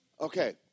Okay